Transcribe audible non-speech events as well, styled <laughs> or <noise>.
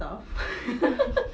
stuff <laughs>